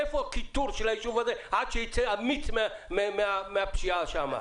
איפה כיתור של היישוב הזה עד שיצא המיץ מהפשיעה שם?